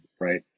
right